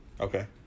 Okay